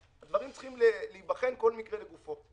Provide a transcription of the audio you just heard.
שהדברים ייבחנו כל מקרה לגופו.